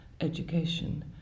education